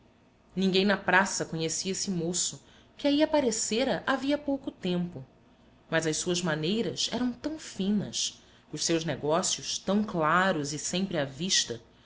ninguém na praça conhecia esse moço que aí aparecera havia pouco tempo mas as suas maneiras eram tão finas os seus negócios tão claros e sempre à vista